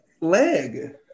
leg